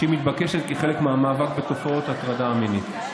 שמתבקשת כחלק מהמאבק בתופעות ההטרדה המינית.